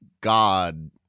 God